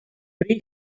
pre